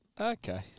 Okay